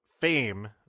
fame